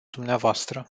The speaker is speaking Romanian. dumneavoastră